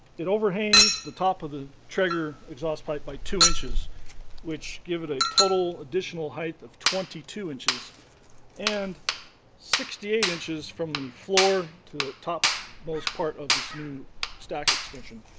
it overhangs the top of the traeger exhaust pipe by two inches which give it a total additional height of twenty two inches and sixty eight inches from the floor to the top most part of this new stack extension